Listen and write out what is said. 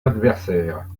adversaires